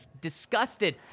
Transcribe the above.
disgusted